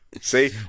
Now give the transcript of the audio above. See